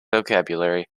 vocabulary